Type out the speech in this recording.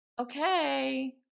okay